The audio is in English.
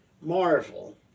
marvel